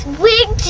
wig